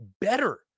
better